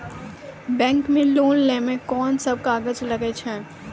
Bank मे loan लै मे कोन सब कागज लागै छै?